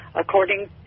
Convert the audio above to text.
according